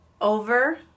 over